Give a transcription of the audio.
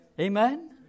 Amen